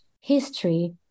history